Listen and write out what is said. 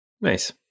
Nice